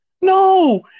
No